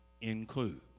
include